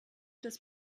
des